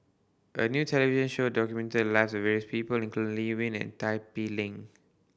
a new television show documented the lives of various people including Lee Wen and Tin Pei Ling